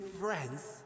friends